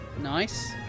Nice